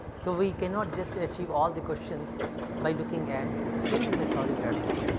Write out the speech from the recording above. so, we cannot just achieve all the questions by looking at single technology platform.